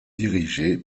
dirigé